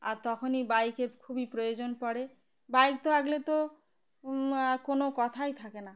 আর তখনই বাইকের খুবই প্রয়োজন পড়ে বাইক থাকলে তো আর কোনো কথাই থাকে না